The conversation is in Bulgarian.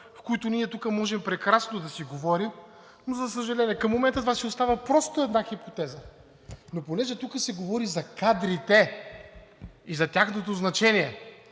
в които ние тук можем прекрасно да си говорим, но за съжаление, към момента остава просто една хипотеза. Но понеже тук се говори за кадрите и за тяхното значение,